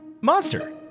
monster